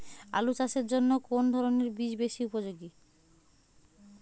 আলু চাষের জন্য কোন ধরণের বীজ বেশি উপযোগী?